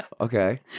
Okay